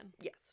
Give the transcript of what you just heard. Yes